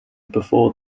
before